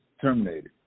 terminated